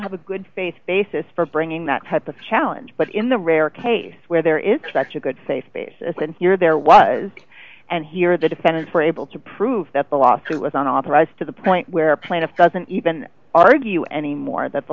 have a good faith basis for bringing that type of challenge but in the rare case where there is such a good faith basis and here there was and here the defendants were able to prove that the lawsuit was unauthorized to the point where plaintiff doesn't even argue anymore that the